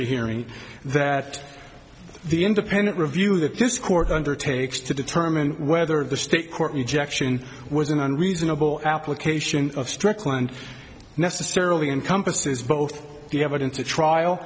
hearing that the independent review that this court undertakes to determine whether the state court rejection was an unreasonable application of strickland necessarily encompasses both the evidence the trial